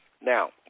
now